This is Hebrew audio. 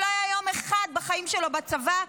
שלא היה יום אחד בחיים שלו בצבא,